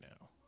now